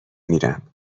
میرم